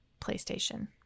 playstation